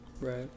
right